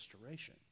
restoration